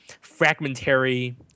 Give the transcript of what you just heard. fragmentary